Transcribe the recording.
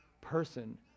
person